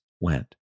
went